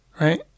right